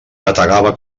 bategava